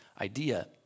idea